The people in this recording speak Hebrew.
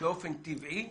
שבאופן טבעי